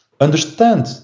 understand